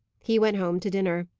he went home to dinner.